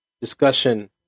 discussion